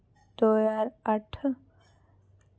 दो ज्हार अट्ठ